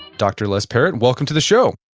dr. les parrott, welcome to the show